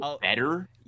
better